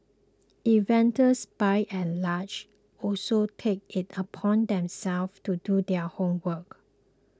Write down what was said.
investors by and large also take it upon themselves to do their homework